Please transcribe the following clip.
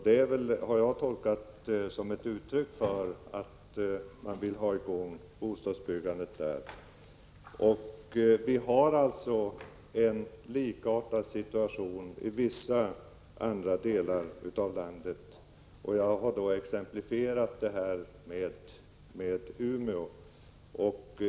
Det har jag tolkat som ett uttryck för att man vill ha i gång bostadsbyggandet där. Men situationen är likartad i vissa andra delar av landet. Jag har exemplifierat genom att visa på förhållandena i Umeå.